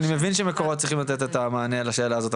אני מבין שמקורות צריכים לתת את המענה לשאלה הזו,